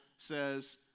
says